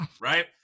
right